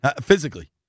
physically